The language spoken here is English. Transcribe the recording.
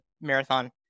marathon